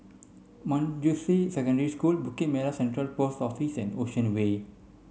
Manjusri Secondary School Bukit Merah Central Post Office and Ocean Way